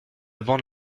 bande